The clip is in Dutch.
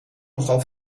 nogal